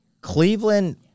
Cleveland